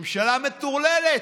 ממשלה מטורללת,